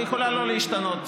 ויכולה לא להשתנות.